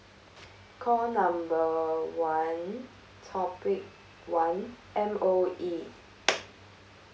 call number one topic one M_O_E